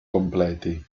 completi